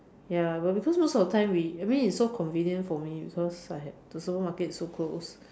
ya but because most of the time we I mean it's so convenient for me because I have the supermarket is so close